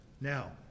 Now